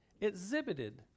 exhibited